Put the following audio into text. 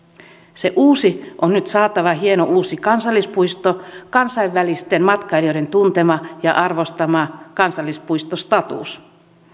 se uusi on nyt saatava hieno uusi kansallispuisto kansainvälisten matkailijoiden tuntema ja arvostama kansallispuistostatus